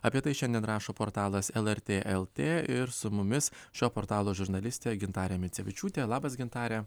apie tai šiandien rašo portalas lrt lt ir su mumis šio portalo žurnalistė gintarė micevičiūtė labas gintare